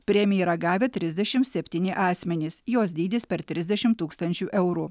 premiją yra gavę trisdešim septyni asmenys jos dydis per trisdešim tūkstančių eurų